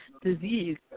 disease